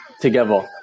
together